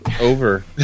over